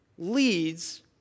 leads